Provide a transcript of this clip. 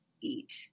eat